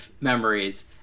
memories